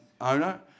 owner